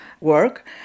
work